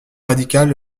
radicale